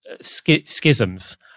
schisms